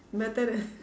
better than